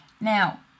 Now